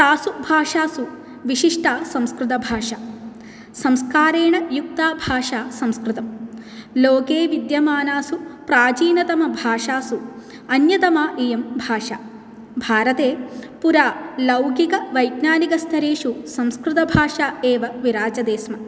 तासु भाषासु विशिष्टा संस्कृतभाषा संस्कारेण युक्ता भाषा संस्कृतं लोके विद्यमानासु प्राचीनतमभाषासु अन्यतमा इयं भाषा भारते पुरा लौकिकवैज्ञानिकस्तरेषु संस्कृतभाषा एव विराजते स्म